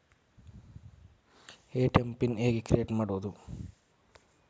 ATM pin ಹೇಗೆ create ಮಾಡುವುದು?